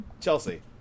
Chelsea